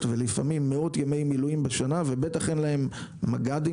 ולפעמים מאות ימי מילואים בשנה ובטח אין להם מג"דים,